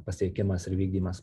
pasiekimas ir vykdymas